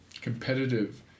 competitive